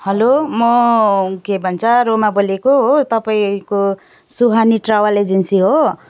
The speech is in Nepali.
हलो म के भन्छ रोमा बोलेको हो तपाईँको सुहानी ट्राभल एजेन्सी हो